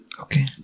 Okay